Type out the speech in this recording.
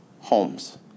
homes